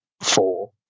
four